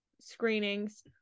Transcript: screenings